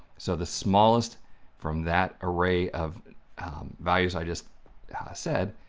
so the smallest from that array of values, i just said,